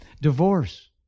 divorce